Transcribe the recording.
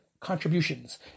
contributions